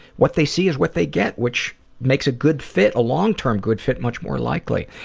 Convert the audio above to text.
what they see is what they get, which makes a good fit, a long-term good fit much more likely.